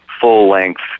full-length